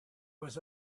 was